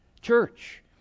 church